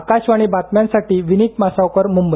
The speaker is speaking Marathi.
आकाशवाणी बातम्यांसाठी विनित मासावकर मुंबई